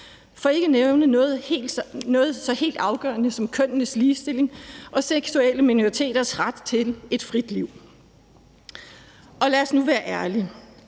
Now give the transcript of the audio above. for ikke at nævne et land med noget så helt afgørende som kønnenes ligestilling og seksuelle minoriteters ret til et frit liv. Lad os nu være ærlige: